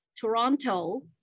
Toronto